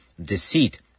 deceit